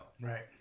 right